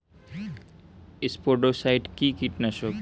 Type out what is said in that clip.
স্পোডোসাইট কি কীটনাশক?